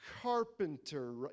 carpenter